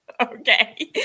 Okay